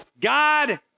God